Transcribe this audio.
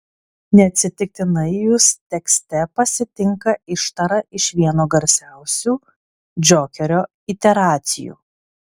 neatsitiktinai jus tekste pasitinka ištara iš vieno garsiausių džokerio iteracijų